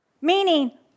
Meaning